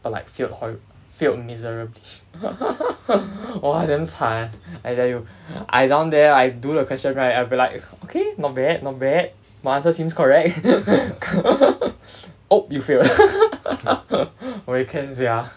but like failed horrid~ failed miserably !wah! damn 惨 I tell you I down there I do the question right I be like okay not bad not bad my answer seems correct oh you failed where can sia